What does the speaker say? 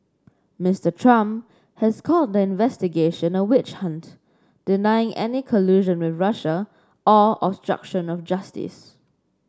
Mister Trump has called the investigation a witch hunt denying any collusion with Russia or obstruction of justice